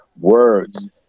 words